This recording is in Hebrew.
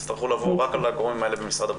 תצטרכו לבוא רק על הגורמים האלה במשרד הבריאות.